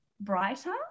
brighter